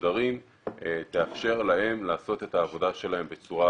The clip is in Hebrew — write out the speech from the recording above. מסודרים תאפשר להם לעשות את העבודה שלהם בצורה